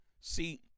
See